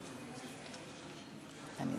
חברי חברי הכנסת,